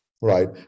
right